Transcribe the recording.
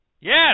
Yes